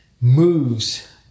moves